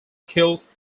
skills